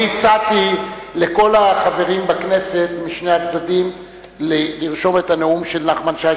אני הצעתי לכל החברים בכנסת משני הצדדים לרשום את הנאום של נחמן שי,